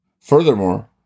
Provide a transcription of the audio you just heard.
Furthermore